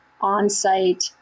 on-site